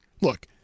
look